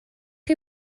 chi